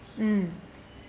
mm